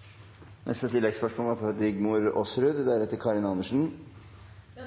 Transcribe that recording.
Rigmor Aasrud – til oppfølgingsspørsmål. Det er